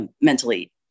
mentally